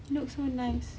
looks so nice